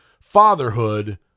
fatherhood